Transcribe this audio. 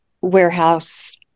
warehouse